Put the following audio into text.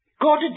God